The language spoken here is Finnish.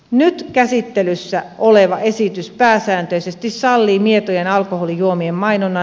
nyt käsittelyssä oleva esitys pääsääntöisesti sallii mietojen alkoholijuomien mainonnan